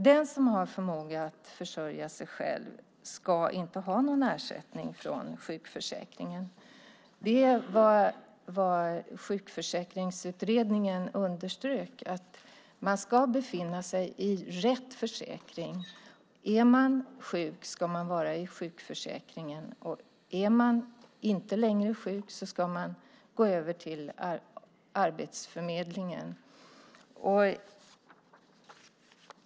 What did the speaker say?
Den som har förmåga att försörja sig själv ska inte ha någon ersättning från sjukförsäkringen. Det är vad Sjukförsäkringsutredningen underströk, att man ska befinna sig i rätt försäkring. Är man sjuk ska man vara i sjukförsäkringen, och är man inte längre sjuk ska man gå över till Arbetsförmedlingen.